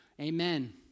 Amen